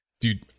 dude